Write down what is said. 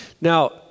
Now